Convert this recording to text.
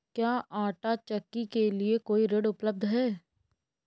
क्या आंटा चक्की के लिए कोई ऋण उपलब्ध है?